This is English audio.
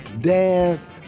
dance